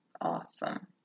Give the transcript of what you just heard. awesome